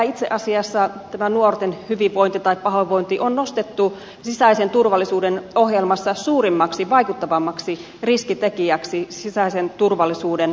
itse asiassa tämä nuorten pahoinvointi on nostettu sisäisen turvallisuuden ohjelmassa suurimmaksi vaikuttavaksi riskitekijäksi sisäisen turvallisuuden osalta